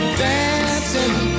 dancing